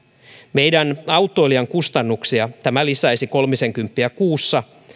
meidän autoilijan kustannuksia tämä lisäisi kolmisenkymppiä kuussa